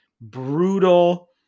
brutal